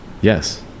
Yes